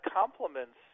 compliments